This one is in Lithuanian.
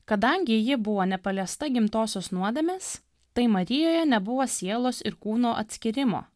kadangi ji buvo nepaliesta gimtosios nuodėmės tai marijoje nebuvo sielos ir kūno atskyrimo